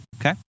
Okay